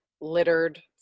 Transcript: littered